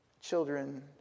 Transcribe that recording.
children